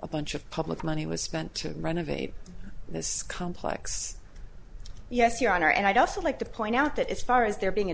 a bunch of public money was spent to renovate this complex yes your honor and i'd also like to point out that if far as there being a